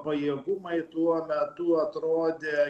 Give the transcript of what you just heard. pajėgumai tuo metu atrodė